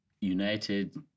United